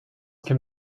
can